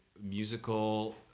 musical